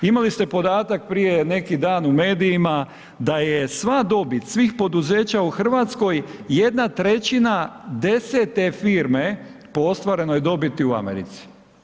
Imali ste podatak prije neki dan u medijima da je sva dobit svih poduzeća u Hrvatskoj 1/3 desete firme po ostvarenoj dobiti u Americi.